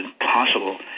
impossible